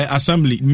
Assembly